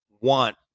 want